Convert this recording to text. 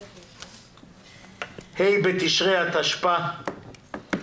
ה' בתשרי התשפ"א.